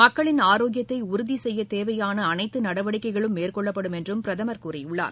மக்களின் ஆரோக்கியத்தை உறுதி செய்ய தேவையான அனைத்து நடவடிக்கைகளும் மேற்கொள்ளப்படும் என்றும் பிரதமர் கூறியுள்ளார்